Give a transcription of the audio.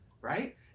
Right